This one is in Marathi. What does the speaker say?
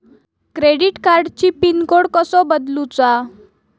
क्रेडिट कार्डची पिन कोड कसो बदलुचा?